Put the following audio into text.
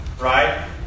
Right